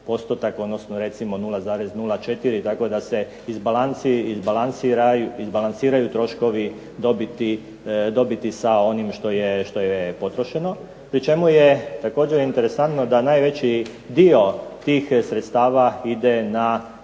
odnosno 0,04 tako da se izbalansiraju troškovi dobiti sa onim što je potrošeno, pri čemu je također interesantno da najveći dio tih sredstava ide na